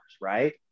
right